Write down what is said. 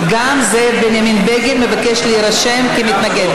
גם זאב בנימין בגין מבקש להירשם כמתנגד.